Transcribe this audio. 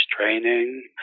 training